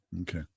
Okay